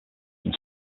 from